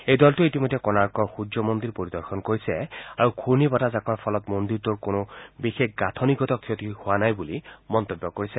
এই দলটোৱে ইতিমধ্যে কোণাৰ্কৰ সূৰ্য মন্দিৰ পৰিদৰ্শন কৰিছে আৰু ঘূৰ্ণী বতাহজাকৰ ফলত মন্দিৰটোৰ কোনো বিশেষ গাঁঠনিগত ক্ষতি হোৱা নাই বুলি মন্তব্য কৰিছে